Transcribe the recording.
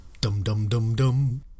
dum-dum-dum-dum